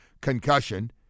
concussion